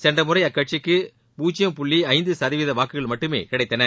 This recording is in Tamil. சென்ற முறை அக்கட்சிக்கு பூஜ்யம் புள்ளி ஐந்து சதவீத வாக்குகள் மட்டுமே கிடைத்தன